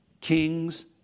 kings